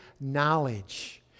knowledge